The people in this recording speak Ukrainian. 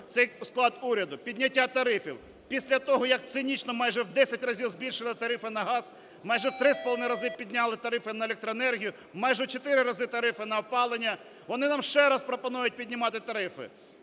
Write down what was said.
цей склад уряду: підняття тарифів. Після того, як цинічно майже в 10 разів збільшено тарифи на газ, майже в 3,5 рази підняли тарифи на електроенергію, майже в 4 рази тарифи на опалення, вони нам ще раз пропонують піднімати тарифи.